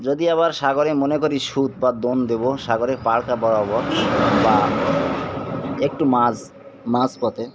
যদি আবার সাগরে মনে করি সুদ বা দন দেব সাগরে পাল্টা বরাবর বা একটু মাছ মাছ পথে